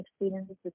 experiences